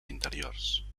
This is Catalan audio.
interiors